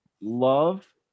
love